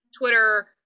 Twitter